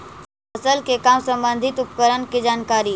फसल के काम संबंधित उपकरण के जानकारी?